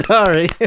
Sorry